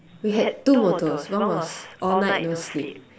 we had two motto's one was all night no sleep